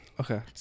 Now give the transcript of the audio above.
Okay